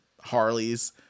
Harley's